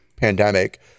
pandemic